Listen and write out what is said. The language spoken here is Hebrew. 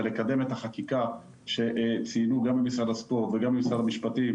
לקדם את החקיקה שציינו גם במשרד הספורט וגם במשרד המשפטים